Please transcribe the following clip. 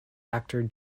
actor